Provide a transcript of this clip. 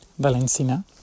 Valencina